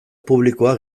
publikoa